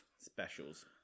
specials